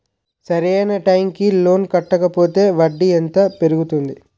సరి అయినా టైం కి లోన్ కట్టకపోతే వడ్డీ ఎంత పెరుగుతుంది?